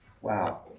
Wow